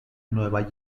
nueva